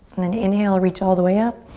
and then inhale, reach all the way up.